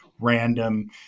random